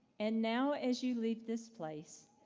and now as you leave this place,